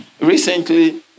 Recently